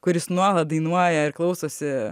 kuris nuolat dainuoja ir klausosi